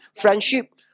friendship